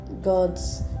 God's